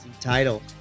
title